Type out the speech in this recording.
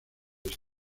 este